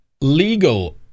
legal